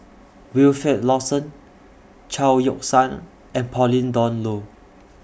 Wilfed Lawson Chao Yoke San and Pauline Dawn Loh